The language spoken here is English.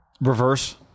Reverse